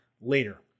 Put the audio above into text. later